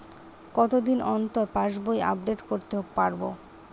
কতদিন অন্তর পাশবই আপডেট করতে পারব?